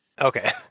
Okay